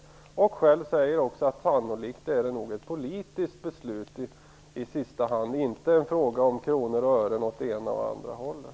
Han säger själv att detta i sista hand sannolikt är ett politiskt beslut, och inte en fråga om kronor och ören åt det ena eller andra hållet.